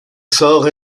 sort